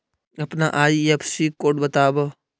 अपना IFSC code बतावअ